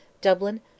Dublin